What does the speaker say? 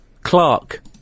Clark